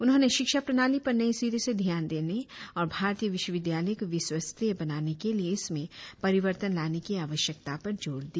उन्होंने शिक्षा प्रणाली पर नए सिरे से ध्यान देने और भारतीय विश्वविद्यालयों को विश्वस्तरीय बनाने के लिए इसमें परिवर्तन लाने की आवश्यकता पर जोर दिया